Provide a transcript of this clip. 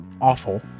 awful